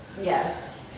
yes